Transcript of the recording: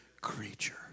creature